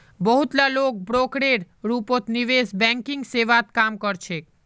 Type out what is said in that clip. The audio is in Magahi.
बहुत ला लोग ब्रोकरेर रूपत निवेश बैंकिंग सेवात काम कर छेक